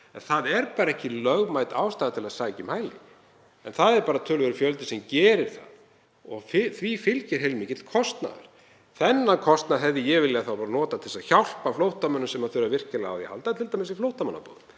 það er bara ekki lögmæt ástæða til að sækja um hæli. En það er samt töluverður fjöldi sem gerir það og því fylgir heilmikill kostnaður. Þann kostnað hefði ég viljað nota til þess að hjálpa flóttamönnum sem þurfa virkilega á því að halda, t.d. í flóttamannabúðum.